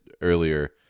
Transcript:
earlier